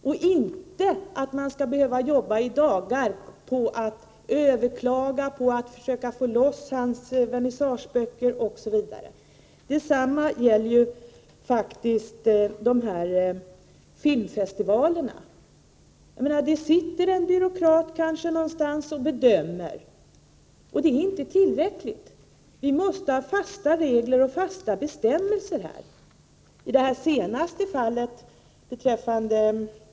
Man vill inte behöva jobba i dagar på att överklaga och försöka få loss hans vernissageböcker osv. Detsamma gäller faktiskt filmfestivalerna. Det sitter kanske en byråkrat någonstans och bedömer, och det är inte tillräckligt. Vi måste ha fasta regler och bestämmelser här.